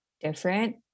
different